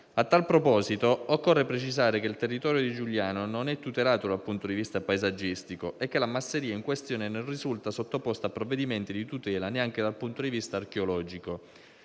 A tal proposito, occorre precisare che il territorio di Giugliano non è tutelato dal punto di vista paesaggistico e che la masseria in questione non risulta sottoposta a provvedimenti di tutela, neanche dal punto di vista archeologico.